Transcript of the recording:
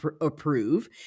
approve